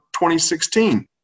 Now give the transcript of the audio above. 2016